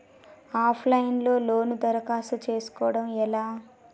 Of line లో loan దరఖాస్తు చేసుకోవడం ఎలా?